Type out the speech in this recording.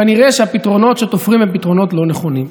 כנראה שהפתרונות שתופרים הם פתרונות לא נכונים.